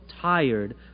tired